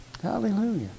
Hallelujah